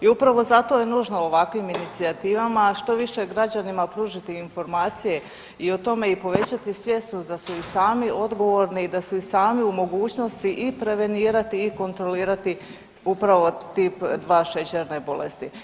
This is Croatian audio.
I upravo zato je nužno ovakvim inicijativama što više građanima pružiti informacije i o tome i povećati svjesnost da su i sami odgovorni i da su i sami u mogućnosti i prevenirati i kontrolirati upravo TIP 2 šećerne bolesti.